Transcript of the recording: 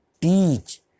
teach